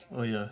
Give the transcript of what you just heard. oh ya